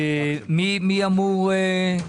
בבקשה.